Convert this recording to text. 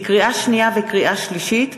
לקריאה שנייה וקריאה שלישית,